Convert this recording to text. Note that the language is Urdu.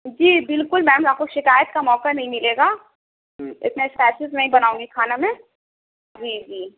جی بالکل میم آپ کو شکایت کا موقع نہیں ملے گا اتنے اسپیسیز نہیں بناؤں گی کھانا میں جی جی